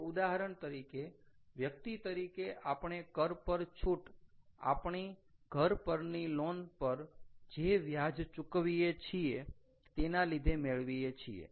તો ઉદાહરણ તરીકે વ્યક્તિ તરીકે આપણે કર પર છૂટ આપણી ઘર પરની લોન પર જે વ્યાજ ચૂકવીએ છીએ તેના લીધે મેળવીએ છીએ